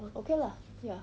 okay lah ya